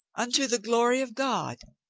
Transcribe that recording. unto the glory of god!